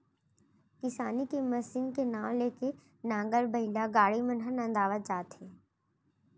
किसानी के मसीन के नांव ले के नांगर, बइला, गाड़ा मन नंदावत जात हे